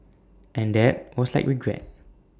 and that was like regret